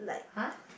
!huh!